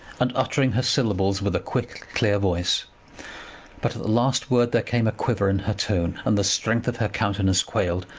and uttering her syllables with a quick clear voice but at the last word there came a quiver in her tone, and the strength of her countenance quailed,